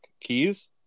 keys